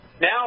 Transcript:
Now